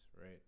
right